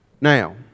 Now